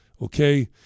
Okay